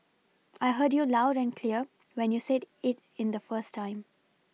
I heard you loud and clear when you said it in the first time